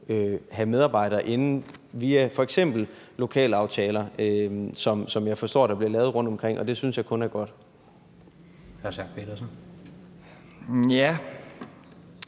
have medarbejdere inde via f.eks. lokalaftaler, som jeg forstår der bliver lavet rundtomkring, og det synes jeg kun er godt. Kl.